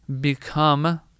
become